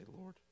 Lord